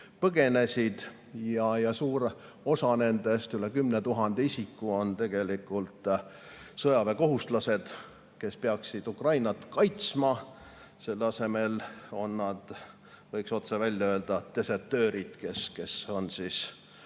põgenesid, ja suur osa nendest, üle 10 000 isiku, on tegelikult sõjaväekohuslased, kes peaksid Ukrainat kaitsma, aga selle asemel on nad – võiks otse välja öelda – desertöörid, kes on oma